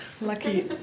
lucky